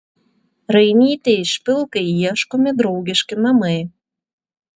rainytei špilkai ieškomi draugiški namai